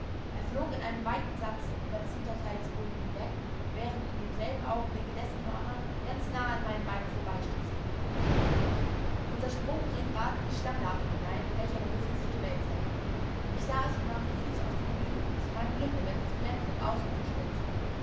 er flog in einem weiten satze über das hinterteil des bullen hinweg während in demselben augenblicke dessen hörner ganz nahe an meinem beine vorbeistießen unser sprung ging grad in die schlammlache hinein in welcher der büffel sich gewälzt hatte ich sah es und nahm die füße aus den bügeln zu meinem glücke denn das pferd glitt aus und wir stürzten